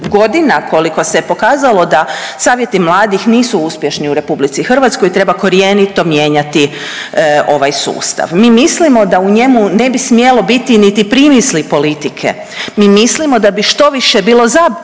godina koliko se pokazalo da savjeti mladih nisu uspješni u Republici Hrvatskoj treba korjenito mijenjati ovaj sustav. Mi mislimo da u njemu ne bi smjelo biti niti primisli politike. Mi mislimo da bi štoviše trebalo